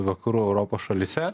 vakarų europos šalyse